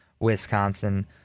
Wisconsin